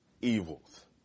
evils